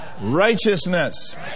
righteousness